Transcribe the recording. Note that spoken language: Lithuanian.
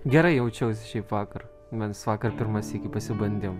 gerai jaučiausi šiaip vakar mes vakar pirmą sykį pasibandėm